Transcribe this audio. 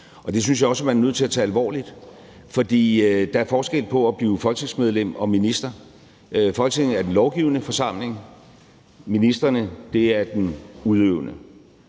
og det synes jeg også man er nødt til at tage alvorligt. For der er forskel på at blive folketingsmedlem og minister. Folketinget er den lovgivende forsamling; ministrene er den udøvende